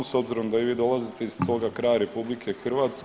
S obzirom da i vi dolazite iz toga kraja RH,